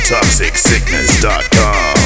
ToxicSickness.com